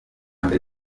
mbere